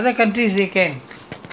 india india cannot [one] lah